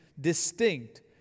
distinct